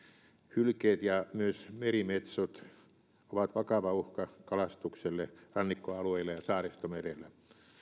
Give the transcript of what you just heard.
hylkeet ja myös merimetsot ovat vakava uhka kalastukselle rannikkoalueilla ja saaristomerellä